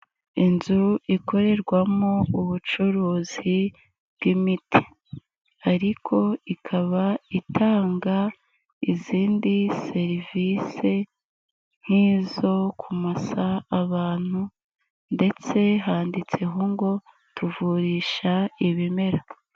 Inzu ikorerwamo ubucuruzi bw'imiti ariko ikaba itanga izindi serivise nk'izo kumasa abantu ndetse handitseho ngo tuvurisha ibimera.